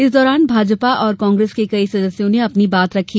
इस दौरान भाजपा और कांग्रेस के कई सदस्यों ने अपनी बात रखी